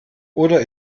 oder